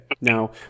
now